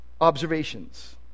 observations